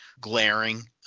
glaring